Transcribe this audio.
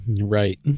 Right